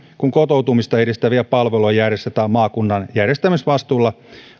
kun kotoutumista edistäviä palveluja järjestetään maakunnan järjestämisvastuulla